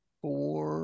four